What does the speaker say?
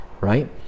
Right